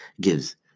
gives